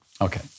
Okay